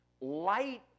light